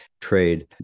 trade